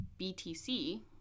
BTC